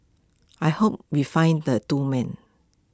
I hope we find the two men